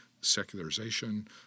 secularization